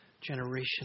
generation